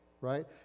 right